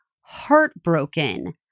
heartbroken